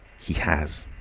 he has.